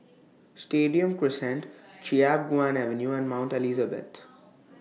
Stadium Crescent Chiap Guan Avenue and Mount Elizabeth